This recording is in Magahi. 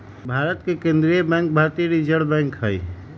भारत के केंद्रीय बैंक भारतीय रिजर्व बैंक हइ